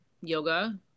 yoga